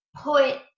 put